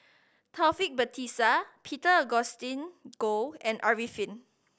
Taufik Batisah Peter Augustine Goh and Arifin